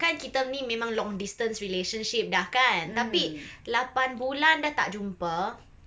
kan kita ni memang long distance relationship dah kan tapi lapan bulan dah tak jumpa